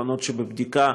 פתרונות שבבדיקה,